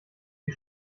die